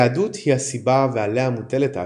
היהדות היא הסיבה ועליה מוטלת האשמה,